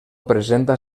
presenta